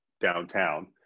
downtown